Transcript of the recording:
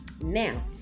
Now